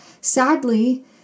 Sadly